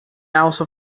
also